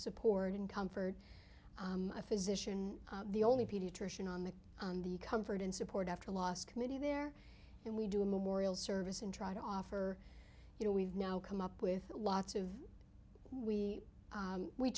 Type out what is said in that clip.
support and comfort a physician the only pediatrician on the on the comfort and support after last committee there and we do a memorial service and try to offer you know we've now come up with lots of we